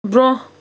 برٛونٛہہ